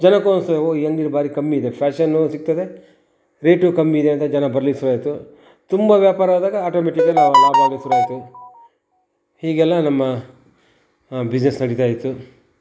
ಜನಕ್ಕೂ ಅನಿಸ್ತದೆ ಹೋ ಈ ಅಂಗಡೀಲಿ ಭಾರಿ ಕಮ್ಮಿ ಇದೆ ಫ್ಯಾಷನೂ ಸಿಗ್ತದೆ ರೇಟೂ ಕಮ್ಮಿ ಇದೆ ಅಂತ ಜನ ಬರ್ಲಿಕ್ಕೆ ಶುರ್ವಾಯ್ತು ತುಂಬ ವ್ಯಾಪಾರ ಆದಾಗ ಅಟೋಮೆಟಿಕ್ಕಲಿ ಆವಾಗ ಲಾಭ ಆಗೋಕೆ ಶುರ್ವಾಯ್ತು ಹೀಗೆಲ್ಲಾ ನಮ್ಮ ಬಿಸ್ನೆಸ್ ನಡಿತಾ ಇತ್ತು